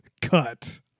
cut